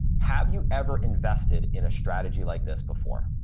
have you ever invested in a strategy like this before?